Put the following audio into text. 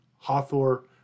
Hathor